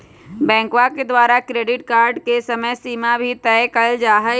बैंकवा के द्वारा क्रेडिट कार्ड के समयसीमा भी तय कइल जाहई